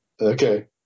Okay